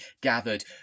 gathered